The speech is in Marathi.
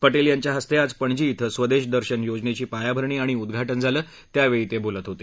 पटेल यांच्या हस्ते आज पणजी थिं स्वदेश दर्शन योजनेची पायाभरणी आणि उद्घाटन झालं त्यावेळी ते बोलत होते